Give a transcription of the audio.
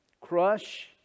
crush